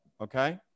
okay